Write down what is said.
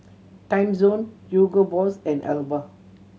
Timezone Hugo Boss and Alba